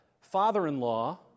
father-in-law